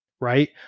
Right